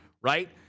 right